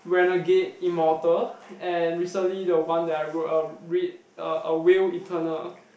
when a gate immortal and recently the one that I wrote out read a a will eternal